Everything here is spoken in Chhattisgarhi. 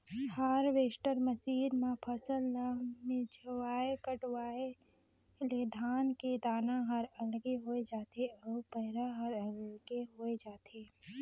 हारवेस्टर मसीन म फसल ल मिंजवाय कटवाय ले धान के दाना हर अलगे होय जाथे अउ पैरा हर अलगे होय जाथे